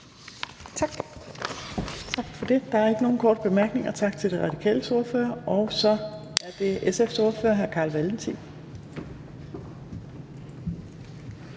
Tak.